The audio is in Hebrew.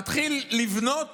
מתחיל לבנות